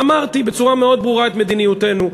אמרתי בצורה מאוד ברורה את מדיניותנו,